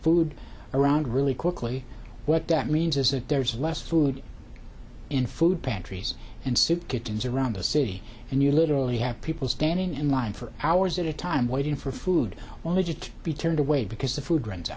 food around really quickly what that means is that there's less food in food pantries and soup kitchens around the city and you literally have people standing in line for hours at a time waiting for food only just to be turned away because the food runs